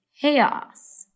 chaos